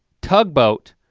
tugboat.